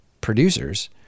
producers